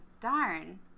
Darn